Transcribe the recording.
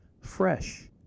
fresh